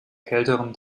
kälteren